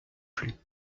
plus